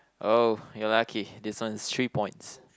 oh you're lucky this one's three points